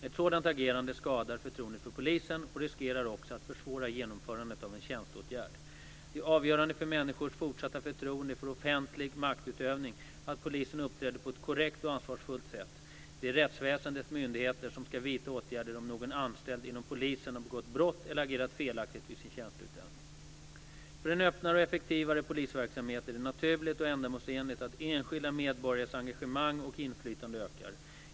Ett sådant agerande skadar förtroendet för polisen och riskerar också att försvåra genomförandet av en tjänsteåtgärd. Det är avgörande för människors fortsatta förtroende för offentlig maktutövning att polisen uppträder på ett korrekt och ansvarsfullt sätt. Det är rättsväsendets myndigheter som ska vidta åtgärder om någon anställd inom polisen har begått brott eller agerat felaktigt vid sin tjänsteutövning. För en öppnare och effektivare polisverksamhet är det naturligt och ändamålsenligt att enskilda medborgares engagemang och inflytande ökar.